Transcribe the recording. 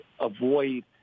avoid